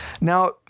Now